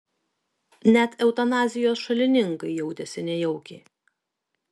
net eutanazijos šalininkai jautėsi nejaukiai